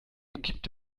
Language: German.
gibt